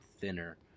thinner